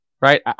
right